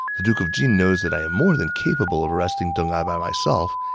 the duke of jin knows that i am more than capable of arresting deng ai by myself.